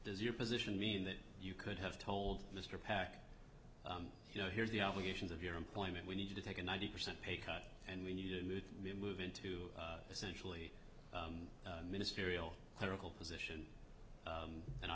does your position mean that you could have told mr pac you know here's the obligations of your employment we need to take a ninety percent pay cut and we need to move into essentially ministerial clerical position and i